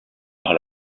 par